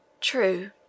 True